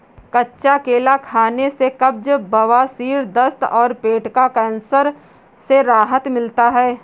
कच्चा केला खाने से कब्ज, बवासीर, दस्त और पेट का कैंसर से राहत मिलता है